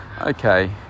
okay